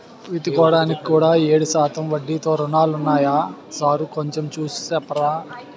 విత్తుకోడానికి కూడా ఏడు శాతం వడ్డీతో రుణాలున్నాయా సారూ కొంచె చూసి సెప్పరా